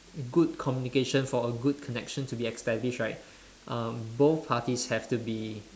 good communication for a good connection to be established right um both parties have to be